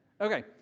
Okay